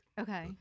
Okay